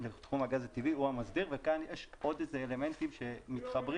הוא המסדיר וכאן יש עוד אלמנטים שמתחברים